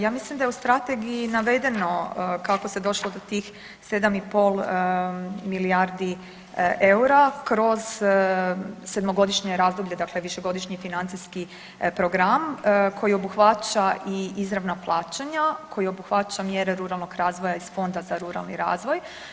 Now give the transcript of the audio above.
Ja mislim da je u strategiji navedeno kako se došlo do tih 7 i pol milijardi eura kroz sedmogodišnje razbolje, dakle višegodišnji financijski program koji obuhvaća i izravna plaćanja, koji obuhvaća mjere ruralnog razvoja iz Fonda za ruralni razvoj.